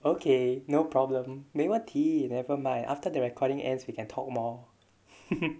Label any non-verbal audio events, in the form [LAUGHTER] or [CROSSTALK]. okay no problem 没问题 nevermind after the recording ends we can talk more [LAUGHS]